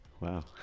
Wow